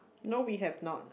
no we have not